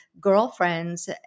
girlfriends